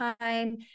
time